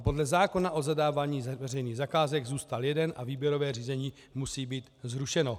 Podle zákona o zadávání veřejných zakázek zůstal jeden a výběrové řízení musí být zrušeno.